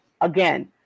again